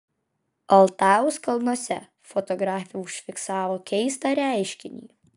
altajaus kalnuose fotografė užfiksavo keistą reiškinį